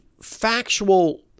factual